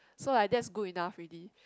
so like that's good enough already